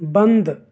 بند